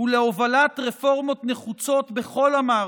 ולהובלת רפורמות נחוצות בכל המערכות,